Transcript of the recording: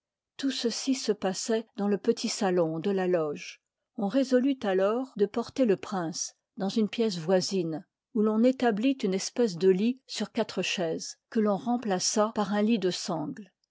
tout ceci se passoit dans le pctit sklon de la loge on résolut alors de porter le prince dans une pièce voisine oùronta m part blit une espèce de lit sur quatre chaises que ton remplaça par un lit de sangle